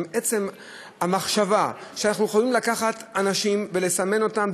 גם לעצם המחשבה שאנחנו יכולים לקחת אנשים ולסמן אותם,